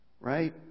Right